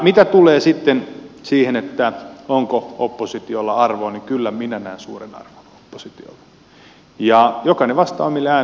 mitä tulee sitten siihen onko oppositiolla arvoa niin kyllä minä näen suuren arvon oppositiolla ja jokainen vastaa omille äänestäjilleen